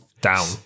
down